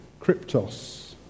cryptos